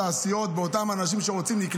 תדעו לכם שבכנסת שלנו רובם אנשים טובים,